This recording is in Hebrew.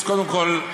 אז קודם כול,